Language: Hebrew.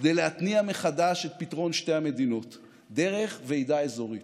כדי להתניע מחדש את פתרון שתי המדינות דרך ועידה אזורית.